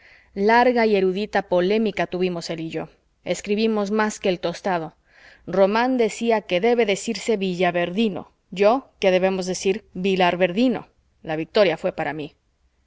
larga y erudita polémica tuvimos él y yo escribimos más que el tostado román decía que debe decirse villaverdino yo que debemos decir vilarverdino la victoria fué para mí